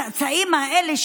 הצאצאים האלה,